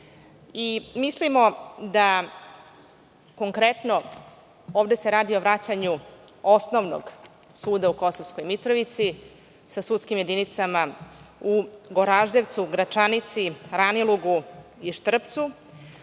Mislimo da konkretno, ovde se radi o vraćanju osnovnog suda u Kosovskoj Mitrovici sa sudskim jedinicama u Goraždevcu, Gračanici, Ranilugu i Štrpcu.